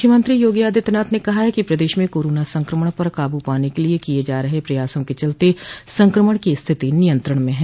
मुख्यमंत्री योगी आदित्यनाथ ने कहा है कि प्रदेश में कोरोना संकमण पर काबू पाने के लिए किये जा रहे प्रयासों के चलते संकमण की स्थिति नियंत्रण में है